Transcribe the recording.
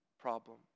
problem